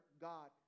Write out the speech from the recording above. God